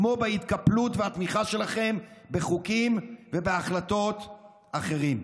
כמו בהתקפלות ובתמיכה שלכם בחוקים ובהחלטות אחרים.